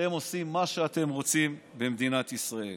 אתם עושים מה שאתם רוצים במדינת ישראל.